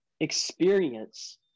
experience